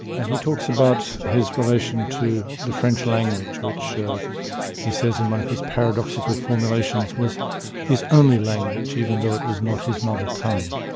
and he talks about his relation to the french language, which he says in one of his paradoxical formulations was his only language, even though it was not his mother tongue'.